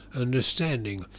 understanding